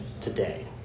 today